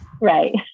Right